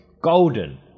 golden